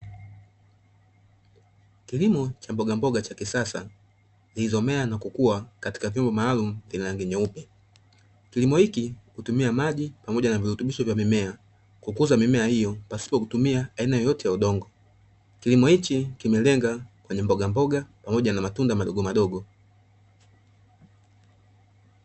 Kilimo cha mbogamboga cha kisasa, zilizomea na kukua katika vyombo maalumu vyenye rangi nyeupe. Kilimo hiki hutumia maji pamoja na virutubisho vya mimea, kukuza mimea hiyo pasipo kutumia aina yoyote ya udongo. kilimo hichi kimelenga kwenye mbogamboga pamoja na matunda madogomadogo.